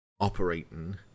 operating